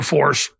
Force